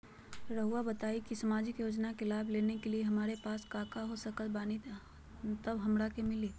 रहुआ बताएं कि सामाजिक योजना के लाभ लेने के लिए हमारे पास काका हो सकल बानी तब हमरा के मिली?